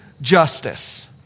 justice